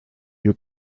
you